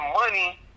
money